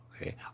Okay